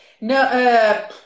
No